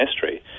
history